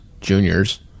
juniors